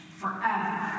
forever